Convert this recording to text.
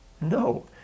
No